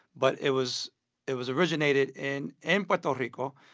but it was it was originated in and puerto rico.